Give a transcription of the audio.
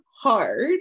Hard